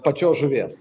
pačios žuvies